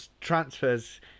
transfers